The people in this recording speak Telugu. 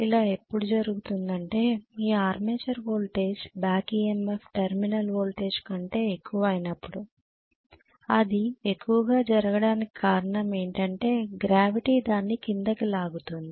ఇలా ఎప్పుడు జరుగుతుందంటే మీ armature voltage back EMF terminal voltage కంటే ఎక్కువ అయినప్పుడు అది ఎక్కువగా జరగడానికి కారణం ఏంటంటే గ్రావిటీ దాన్ని కిందకు లాగుతుంది